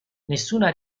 nessuna